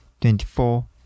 twenty-four